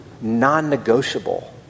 non-negotiable